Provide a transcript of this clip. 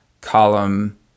column